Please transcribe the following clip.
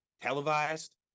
Televised